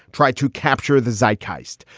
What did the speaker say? tried to capture the zakk heist.